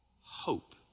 Hope